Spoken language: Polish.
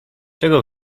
czego